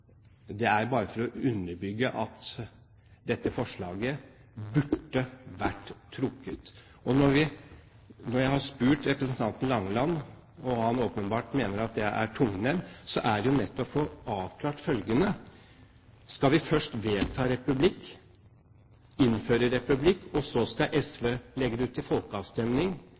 bare at dette forslaget burde ha vært trukket. Når jeg har spurt representanten Langeland – og han mener åpenbart at jeg er tungnem – er det jo nettopp for å få avklart følgende: Skal vi først vedta republikk, innføre republikk, og så skal SV legge det ut til folkeavstemning